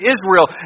Israel